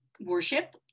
worship